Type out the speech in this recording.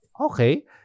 Okay